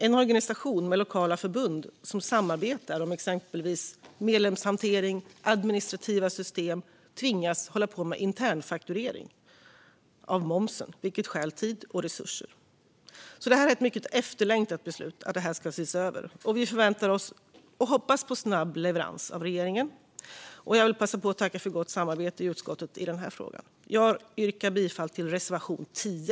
En organisation med lokala förbund som samarbetar om exempelvis medlemshantering eller administrativa system tvingas hålla på med internfakturering av moms, vilket stjäl tid och resurser. Att detta ska ses över är ett mycket efterlängtat beslut, och vi förväntar oss och hoppas på snabb leverans av regeringen. Jag vill passa på att tacka för gott samarbete i utskottet i denna fråga. Jag yrkar bifall till reservation 10.